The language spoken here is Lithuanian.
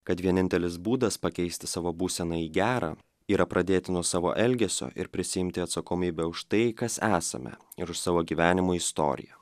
kad vienintelis būdas pakeisti savo būseną į gerą yra pradėti nuo savo elgesio ir prisiimti atsakomybę už tai kas esame ir už savo gyvenimo istoriją